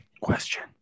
Question